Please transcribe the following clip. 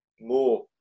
more